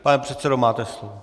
Pane předsedo, máte slovo.